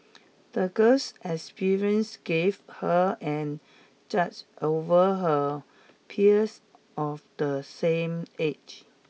the girl's experience gave her an judge over her peers of the same age